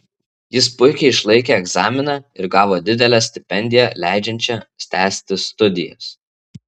jis puikiai išlaikė egzaminą ir gavo didelę stipendiją leidžiančią tęsti studijas